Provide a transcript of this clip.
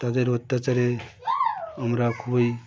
তাদের অত্যাচারে আমরা খুবই